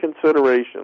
consideration